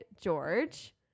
George